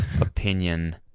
opinion